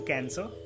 Cancer